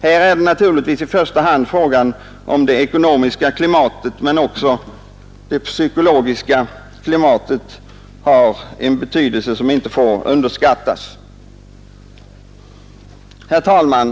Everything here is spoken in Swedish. Här är det naturligtvis i första hand frågan om det ekonomiska klimatet, men också det psykologiska klimatet har en betydelse som inte får underskattas. Herr talman!